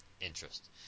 interest